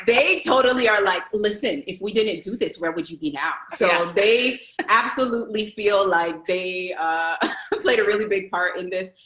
they totally are like, listen, if we didn't do this, where would you be now? yeah. so, they absolutely feel like they played a really big part in this.